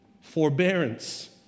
forbearance